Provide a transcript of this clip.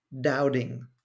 doubting